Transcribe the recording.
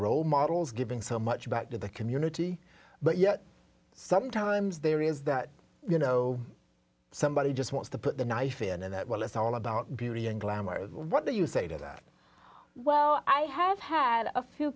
role models giving so much back to the community but yet sometimes there is that you know somebody just wants to put the knife in and while it's all about beauty and glamour what do you say to that well i have had a few